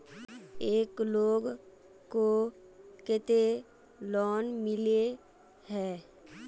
एक लोग को केते लोन मिले है?